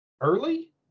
early